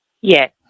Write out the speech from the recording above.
Yes